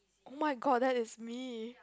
oh-my-god that is me